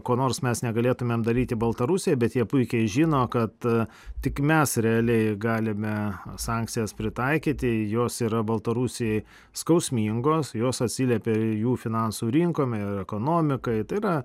ko nors mes negalėtumėm daryti baltarusijoj bet jie puikiai žino kad tik mes realiai galime sankcijas pritaikyti jos yra baltarusijai skausmingos jos atsiliepia jų finansų rinkom ekonomikai tai yra